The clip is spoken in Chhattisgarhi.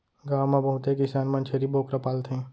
गॉव म बहुते किसान मन छेरी बोकरा पालथें